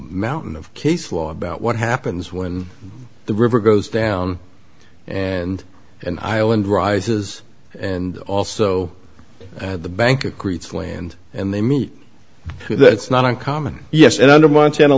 mountain of case law about what happens when the river goes down and an island rises and also at the bank it creates land and they meet that's not uncommon yes and under montana